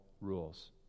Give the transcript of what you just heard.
rules